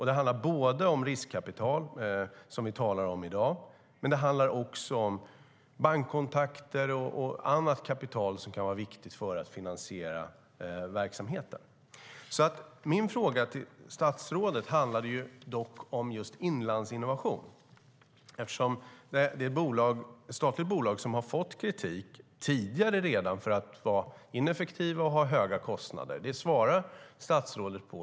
Det handlar både om riskkapital - som vi talar om i dag - och om bankkontakter och annat kapital som kan vara viktigt för att finansiera verksamheten. Min fråga till statsrådet handlade dock om Inlandsinnovation, eftersom det är ett statligt bolag som redan tidigare har fått kritik för att vara ineffektivt och ha höga kostnader. Det svarade statsrådet på.